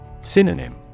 Synonym